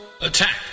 Attack